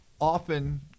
often